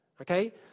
okay